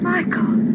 Michael